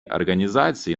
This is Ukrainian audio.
організації